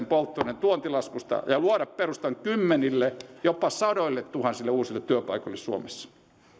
polttoaineiden tuontilaskusta ja luoda perustan kymmenille jopa sadoilletuhansille uusille työpaikoille suomessa